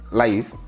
life